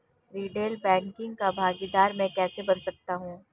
Retail banking का भागीदार मैं कैसे बन सकता हूँ?